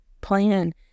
plan